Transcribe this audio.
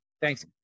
Thanks